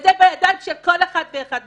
וזה בידיים של כל אחד ואחד מכם.